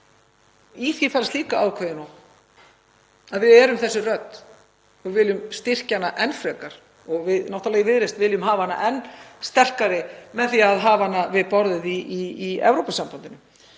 Í því felst ákveðin ógn, að við erum þessi rödd og við viljum styrkja hana enn frekar og við í Viðreisn viljum hafa hana enn sterkari með því að hafa hana við borðið í Evrópusambandinu.